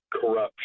corruption